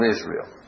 Israel